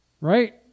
right